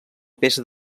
peça